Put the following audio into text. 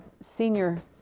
senior